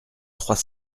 trois